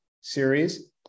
series